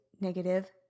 negative